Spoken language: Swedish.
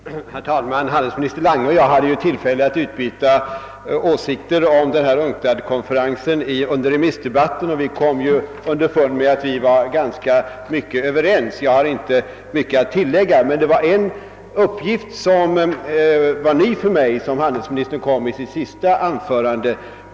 Herr talman! Handelsminister Lange och jag hade tillfälle att utbyta åsikter om UNCTAD-konferensen under remissdebatten, och vi kom underfund med att vi var ganska överens. Jag har inte nu mycket att tillägga, men handelsministern kom i sitt senaste anförande med en uppgift som var en nyhet för mig.